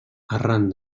arran